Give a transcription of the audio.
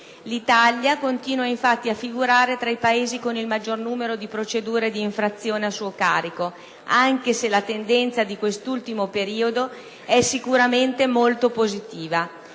L'Italia continua infatti a figurare tra i Paesi con il maggior numero di procedure di infrazione a suo carico, anche se la tendenza di questo ultimo periodo è sicuramente molto positiva: